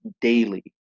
daily